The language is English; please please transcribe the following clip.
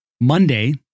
Monday